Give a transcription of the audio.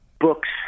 books